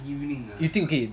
you think k